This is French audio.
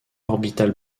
orbital